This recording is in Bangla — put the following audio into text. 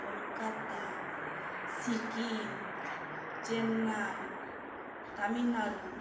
কলকাতা সিকিম চেন্নাই তামিলনাড়ু